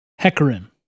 Hecarim